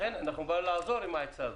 אנחנו באים לעזור עם העצה הזאת,